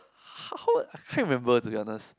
how I can't remember to be honest